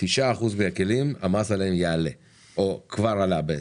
על 9% מהכלים המס יעלה או שכבר עלה.